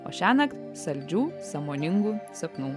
o šiąnakt saldžių sąmoningų sapnų